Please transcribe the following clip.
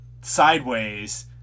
sideways